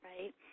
right